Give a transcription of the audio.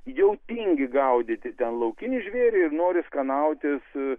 jau tingi gaudyti ten laukinį žvėrį ir nori skanautis